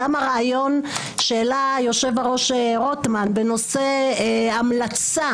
גם הרעיון שהעלה היושב-ראש רוטמן בנושא המלצה